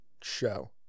show